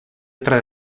otra